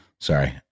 Sorry